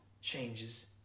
changes